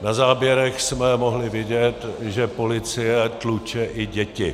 Na záběrech jsme mohli vidět, že policie tluče i děti.